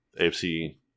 AFC